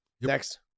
Next